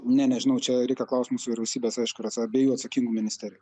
ne nežinau čia reikia klaust mūsų vyriausybės aišku ir atsa abiejų atsakingų ministerijų